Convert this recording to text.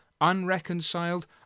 unreconciled